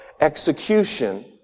execution